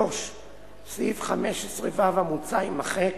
3. סעיף 15(ו) המוצע יימחק